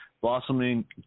blossoming